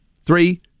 Three